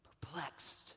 Perplexed